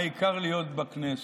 העיקר להיות בכנסת.